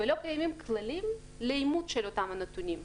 ולא קיימים כללים לאימות של אותם נתונים.